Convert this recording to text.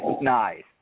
Nice